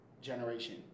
generation